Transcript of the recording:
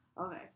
Okay